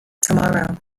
tomorrow